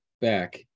back